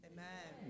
Amen